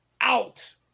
out